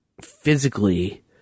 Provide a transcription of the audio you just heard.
physically